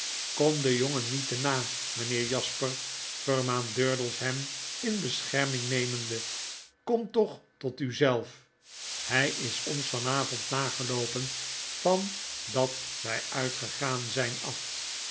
kom den jongen niet te na meneer jasper vermaant durdels heminbeschermingnemende w kom toch tot u zelf hy is ons van avond na geloopen van dat wy uitgegaan zyn af